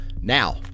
Now